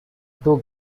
two